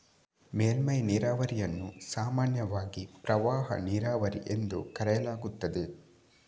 ಮೇಲ್ಮೈ ನೀರಾವರಿಯನ್ನು ಸಾಮಾನ್ಯವಾಗಿ ಪ್ರವಾಹ ನೀರಾವರಿ ಎಂದು ಕರೆಯಲಾಗುತ್ತದೆ